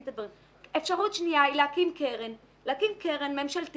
אפשרות שנייה היא להקים קרן ממשלתית